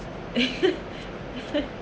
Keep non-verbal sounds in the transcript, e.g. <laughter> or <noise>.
<laughs>